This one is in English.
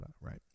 Right